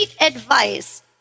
advice